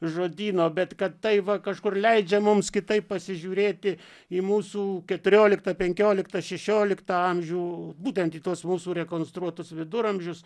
žodyno bet kad tai va kažkur leidžia mums kitaip pasižiūrėti į mūsų keturioliktą penkioliktą šešioliktą amžių būtent į tuos mūsų rekonstruotus viduramžius